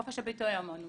חופש הביטוי האמנותי,